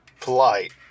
polite